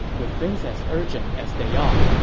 with things as urgent as they are,